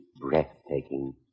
Breathtaking